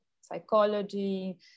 psychology